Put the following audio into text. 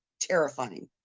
terrifying